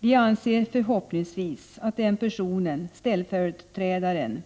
Vi anser att ställföreträdaren